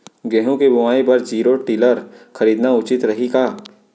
गेहूँ के बुवाई बर जीरो टिलर खरीदना उचित रही का?